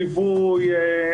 ליווי,